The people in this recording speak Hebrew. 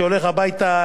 שהולך הביתה,